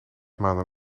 maanden